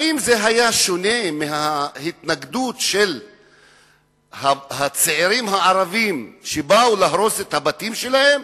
האם זה היה שונה מההתנגדות של הצעירים הערבים שבאו להרוס את הבתים שלהם?